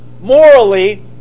morally